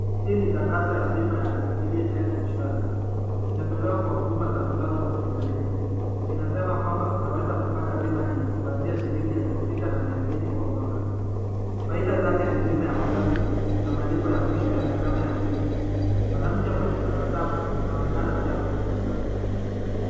Hii ni tangazo ya bima ya Jubilee Health Insurance . Inatolewa kwa huduma za kulazwa hospitalini. Inasema kwamba unaweza kupata bima hii kuanzia shilingi elfu sita mia mbili kwa mwaka. Faida zake ni bima ya uzazi na malipo ya mwisho ya gharama ya mazishi. Mwanamke mwenye tabasamu anaonekana pia kwenye tangazo.